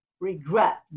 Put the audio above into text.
regret